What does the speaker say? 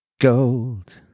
Gold